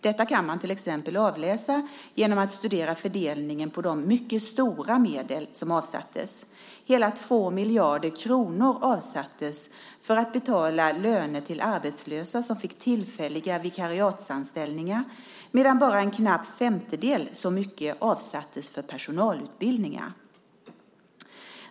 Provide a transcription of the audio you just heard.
Detta kan man till exempel avläsa genom att studera fördelningen av de mycket stora medel som avsattes. Hela 2 miljarder kronor avsattes för att betala löner till arbetslösa som fick tillfälliga vikariatsanställningar, medan bara en knapp femtedel så mycket avsattes för personalutbildningar.